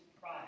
pride